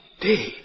day